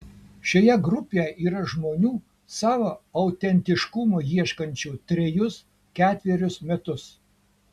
šioje grupėje yra žmonių savo autentiškumo ieškančių trejus ketverius metus